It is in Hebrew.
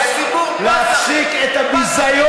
הציבור בז לכם,